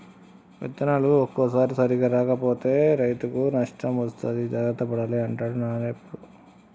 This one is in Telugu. విత్తనాలు ఒక్కోసారి సరిగా రాక రైతుకు నష్టం వస్తది జాగ్రత్త పడాలి అంటాడు నాన్న ఎప్పుడు